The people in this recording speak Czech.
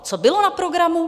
Co bylo na programu?